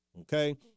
Okay